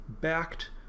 backed